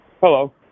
Hello